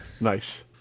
Nice